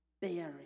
Bearing